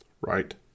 Right